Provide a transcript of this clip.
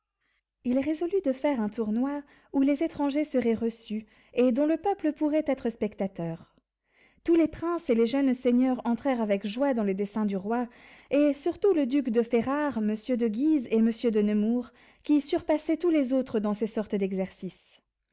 il résolut de faire un tournoi où les étrangers seraient reçus et dont le peuple pourrait être spectateur tous les princes et les jeunes seigneurs entrèrent avec joie dans le dessein du roi et surtout le duc de ferrare monsieur de guise et monsieur de nemours qui surpassaient tous les autres dans ces sortes d'exercices